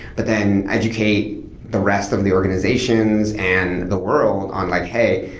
but then educate the rest of the organizations and the world on like, hey,